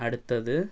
അടുത്തത്